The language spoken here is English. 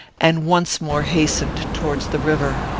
and once more hastened towards the river.